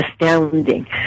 astounding